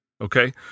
Okay